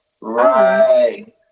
Right